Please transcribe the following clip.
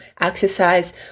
exercise